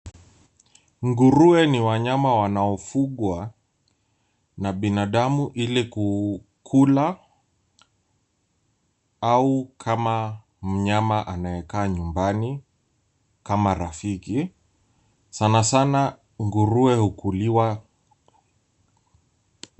Nguruwe ni wanyama wanaofugwa na binadamu ili kukula au kama mnyama anayekaa nyumbani kama rafiki, sanasana nguruwe hukuliwa.